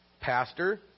pastor